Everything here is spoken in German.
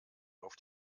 auf